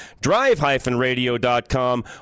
drive-radio.com